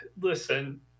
Listen